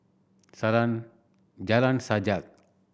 Jalan Sajak